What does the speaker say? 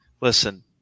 Listen